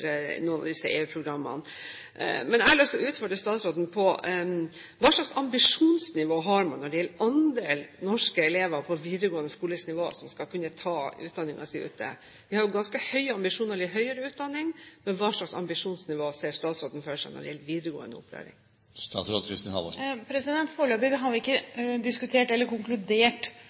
noen av disse EU-programmene. Men jeg har lyst til å utfordre statsråden: Hva slags ambisjonsnivå har man når det gjelder andel norske elever på videregående skole-nivå som skal kunne ta utdanningen sin ute? Vi har jo ganske høye ambisjoner når det gjelder høyere utdanning, men hva slags ambisjonsnivå ser statsråden for seg når det gjelder videregående opplæring? Foreløpig har vi ikke diskutert eller konkludert